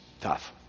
tough